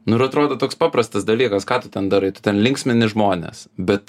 nu ir atrodo toks paprastas dalykas ką tu ten darai tu linksmini žmones bet